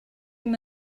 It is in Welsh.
ddim